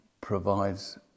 provides